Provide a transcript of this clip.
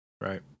Right